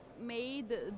made